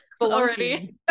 already